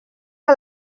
que